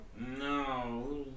No